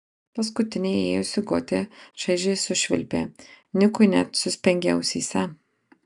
paskutinė įėjusi gotė šaižiai sušvilpė nikui net suspengė ausyse